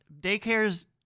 daycares